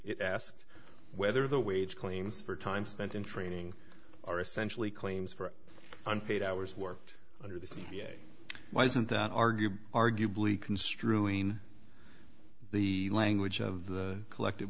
it asked whether the wage claims for time spent in training or essentially claims for unpaid hours worked under the c p a why isn't that argue arguably construing the language of the collective